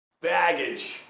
baggage